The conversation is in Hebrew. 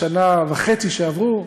בשנה וחצי שעברו אמרו,